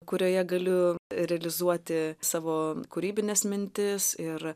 kurioje galiu realizuoti savo kūrybines mintis ir